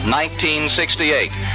1968